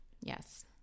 Yes